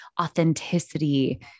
authenticity